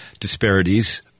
disparities